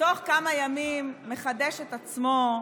ובתוך כמה ימים מחדש את עצמו,